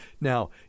Now